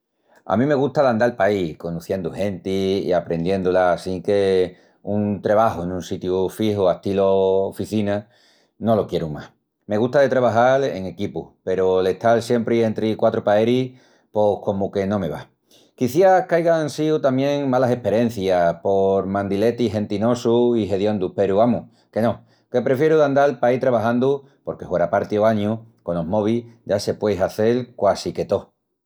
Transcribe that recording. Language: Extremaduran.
A mí me gusta d'andal paí conociendu genti i aprendiendu-la assinque un trebaju en un sitiu fiju astilu oficina, no lo quieru más. Me gusta de trebajal en equipu peru l'estal siempri entri quatru paeris pos comu que no me va. Quiciás qu'aigan síu tamién malas esperencias por mandiletis gentinosus i hediondus peru, amus, que no, que prefieru d'andal paí trebajandu porque hueraparti ogañu conos mobis ya se puei hazel quasi que tó.